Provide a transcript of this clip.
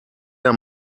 der